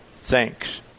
Thanks